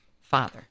Father